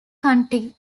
county